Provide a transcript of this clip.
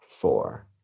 four